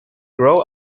grow